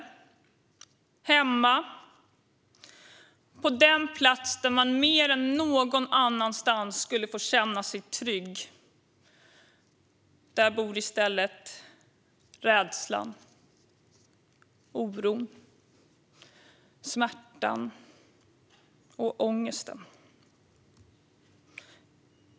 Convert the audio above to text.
Det har skett hemma, på den plats där man mer än någon annanstans skulle få känna sig trygg. Där bor i stället rädslan, oron, smärtan och ångesten.